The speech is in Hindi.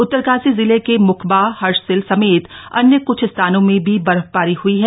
उतरकाशी जिले के मुखबा हर्षिल समेत अन्य क्छ स्थानों में भी बर्फबारी हुई है